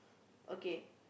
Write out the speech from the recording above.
okay